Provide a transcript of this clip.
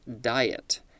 diet